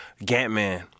Gantman